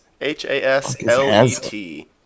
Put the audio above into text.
H-A-S-L-E-T